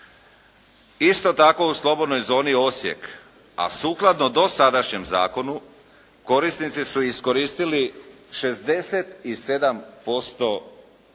Isto tako u slobodnoj zoni Osijek, a sukladno dosadašnjem zakonu korisnici su iskoristili 67% povlastica,